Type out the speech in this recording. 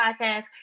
Podcast